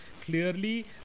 clearly